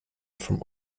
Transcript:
from